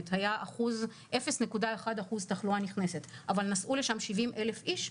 היה 0.1% תחלואה נכנסת אבל נסעו לשם 70,000 איש,